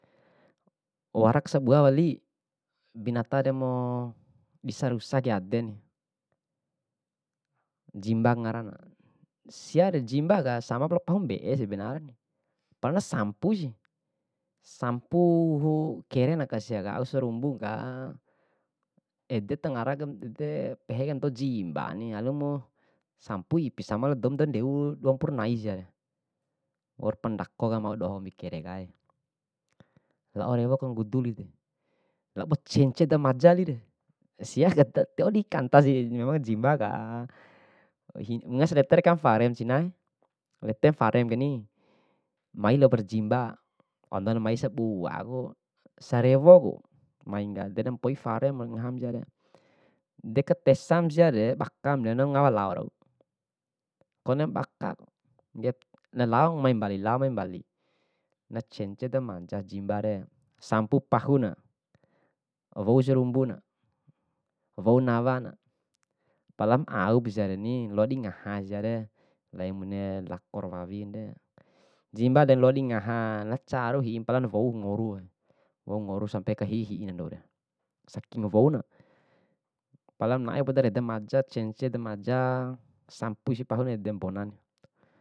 Warak sabua wali, binatare ma disarusa kai adeni, jimba ngarana, siare jimbaka samapa lao pahu mbe'e sabenare pala sampusi, sampu hu kerena aka siaka au sarumbuka ede tangara pehe kai badou jimba ni. Alumu sampu ipi sama lao douma dandeu dua mpuru nae sia, waur pandako kere kae. Lao re wo kandudure, lao cence damaja walire siaka tiwau dikantasi jimbaka. Wunga silete dekamu fare cina, letemu fare keni, mai lalo para jimba, andona mai sabuaku sarewoku mainka ntene mpoi faremu ngaham siare, de katesam siare, bakamde indona ngawa lao rau. Konem baka, ngep nalao mai mbali lao mai mbali, na cence damaja jimba re, sampu pahuna wou sarumbuna, wou nawana, pala aum pasiare ni loa di ngaha siare, laina bune lako ra wawi nde. Jimba de loa dingaha nacaru hi'i, pala na wou ngorue, wou ngoru sampe aka hi'i hi'i na andoure, saking wouna. Palam nae podare damaja cence damaja, sampu isi pahuna ede bona.